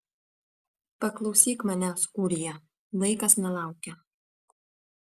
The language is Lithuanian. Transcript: paklausyk manęs ūrija laikas nelaukia